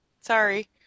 Sorry